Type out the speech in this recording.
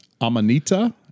Amanita